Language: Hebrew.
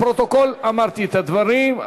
לפרוטוקול אמרתי את הדברים.